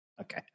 Okay